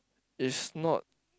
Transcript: it's not